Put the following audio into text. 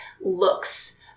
looks